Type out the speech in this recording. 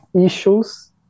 issues